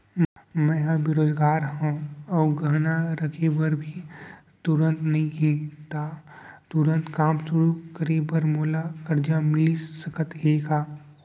मैं ह बेरोजगार हव अऊ गहना रखे बर भी तुरंत नई हे ता तुरंत काम शुरू करे बर मोला करजा मिलिस सकत हे का?